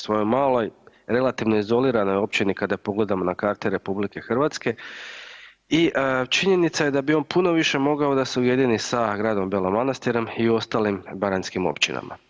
Svojoj maloj, relativno izoliranoj općini, kada pogledamo na karti RH i činjenica da bi on puno više mogao da se ujedini sa gradom Belim Manastirom i ostalim baranjskim općinama.